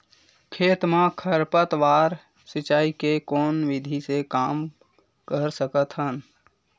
खेत म खरपतवार सिंचाई के कोन विधि से कम कर सकथन?